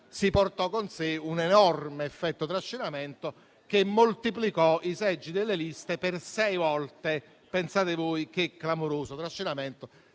si portò con sé un enorme effetto trascinamento che moltiplicò i seggi delle liste per sei volte. Pensate voi che clamoroso trascinamento!